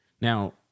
now